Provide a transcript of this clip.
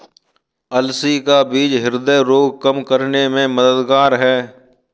अलसी का बीज ह्रदय रोग कम करने में मददगार है